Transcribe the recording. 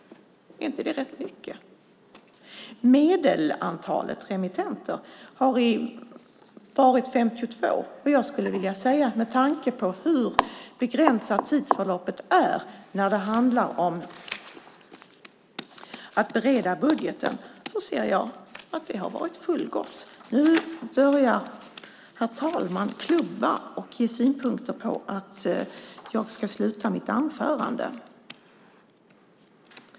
Är inte det rätt mycket? Det genomsnittliga antalet remittenter har varit 52, och med tanke på hur begränsat tidsförloppet är när det handlar om att bereda budgeten tycker jag att detta har varit fullgott. Nu börja herr talman klubba och ge synpunkter på att jag ska sluta mitt anförande.